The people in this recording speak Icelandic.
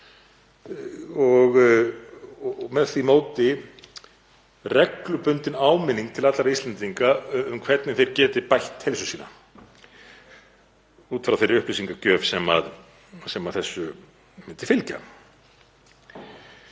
og með því móti reglubundin áminning til allra Íslendinga um hvernig þeir geti bætt heilsu sína út frá þeirri upplýsingagjöf sem af þessu myndi fylgja.